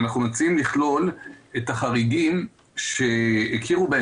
אנחנו מציעים לכלול את החריגים שהכירו בהם